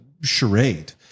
charade